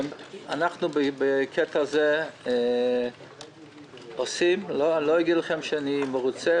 אנחנו בקטע הזה עושים לא אומר לכם שאני מרוצה,